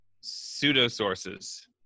pseudo-sources